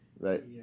Right